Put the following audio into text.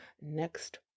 next